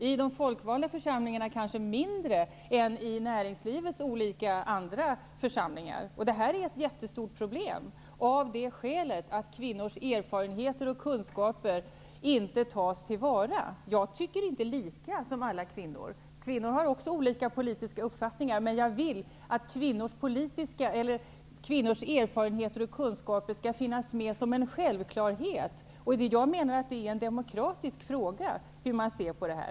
I de folkvalda församlingarna är underrepresentationen kanske mindre än i näringslivets olika församlingar. Detta är ett jättestort problem av det skälet att kvinnors erfarenheter och kunskaper inte tas till vara. Jag tycker inte på samma sätt som alla andra kvinnor -- kvinnor har också olika politiska uppfattningar -- men jag vill att kvinnors erfarenheter och kunskaper skall finnas med som en självklarhet. Jag anser att det är en demokratisk fråga hur man ser på detta.